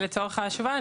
לצורך ההשוואה,